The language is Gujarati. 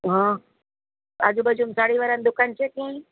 હ આજુબાજુમાં સાડીવાળાની દુકાન છે ક્યાંય